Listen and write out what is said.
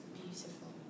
beautiful